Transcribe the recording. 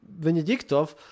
Venediktov